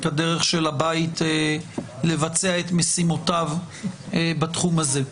את הדרך של הבית לבצע את משימותיו בתחום הזה.